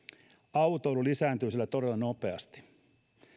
autoilu lisääntyy siellä todella nopeasti